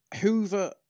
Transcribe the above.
Hoover